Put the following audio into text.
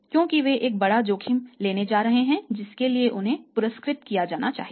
क्योंकि वे एक बड़ा जोखिम लेने जा रहे हैं जिसके लिए उन्हें पुरस्कृत किया जाना चाहिए